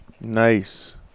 Nice